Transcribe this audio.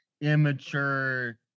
immature